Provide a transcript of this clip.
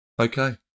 Okay